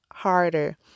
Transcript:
harder